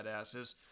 badasses